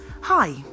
hi